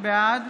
בעד